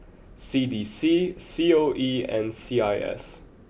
C D C C O E and C I S